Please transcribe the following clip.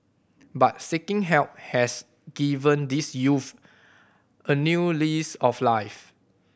but seeking help has given these youths a new lease of life